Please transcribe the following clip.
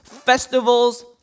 festivals